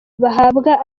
bahabwa